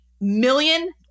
million